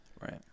right